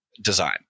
design